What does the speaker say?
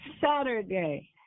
Saturday